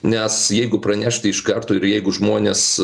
nes jeigu pranešti iš karto ir jeigu žmonės